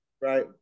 right